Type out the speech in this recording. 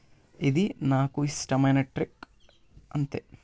ఇది నాకు ఇష్టమైన ట్రెక్ అంతే